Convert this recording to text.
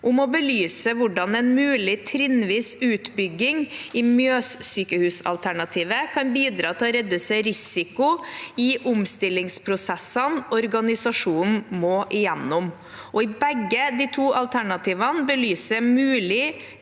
om å belyse hvordan en mulig trinnvis utbygging i Mjøssykehus-alternativet kan bidra til å redusere risiko i omstillingsprosessene organisasjonen må igjennom, og i begge de to alternativene belyse mulige